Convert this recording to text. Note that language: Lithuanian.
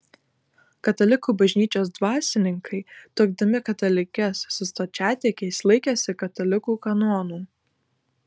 katalikų bažnyčios dvasininkai tuokdami katalikes su stačiatikiais laikėsi katalikų kanonų